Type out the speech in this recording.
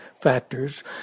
factors